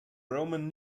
roman